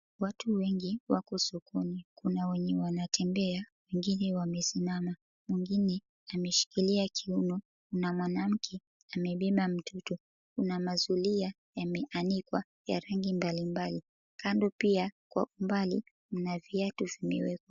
Watu wengi wako sokoni kuna wenye 𝑤𝑎𝑛𝑎𝑡𝑒𝑚𝑏𝑒𝑎, wengine 𝑤𝑎𝑚𝑒𝑠𝑖𝑚𝑎𝑚𝑎, mwingine ameshikilia kiuno na mwanamke amebeba mtoto. Kuna mazulia yameanikwa ya rangi mbalimbali. Kando pia kwa umbali kuna viatu vimewekwa.